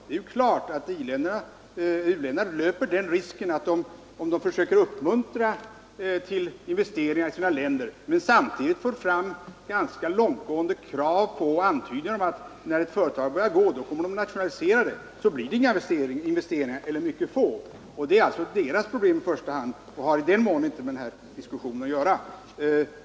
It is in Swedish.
Det är klart att u-länderna löper risken att det inte kommer att göras några investeringar eller bara mycket få investeringar i deras länder om de samtidigt som de försöker uppmuntra till investeringar ger antydningar om att företagen kommer att nationaliseras så snart de börjar gå bra. Men detta är i första hand deras problem och har, i den mån det är det, inte med den här diskussionen att göra.